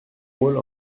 rôle